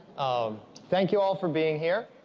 um thank you all for being here,